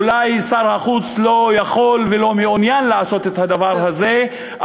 אולי שר החוץ לא יכול ולא מעוניין לעשות את הדבר הזה,